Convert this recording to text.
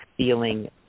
Feeling